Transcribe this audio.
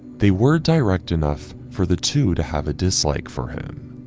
they were direct enough for the two to have a dislike for him.